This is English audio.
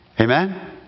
Amen